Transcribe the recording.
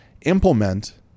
implement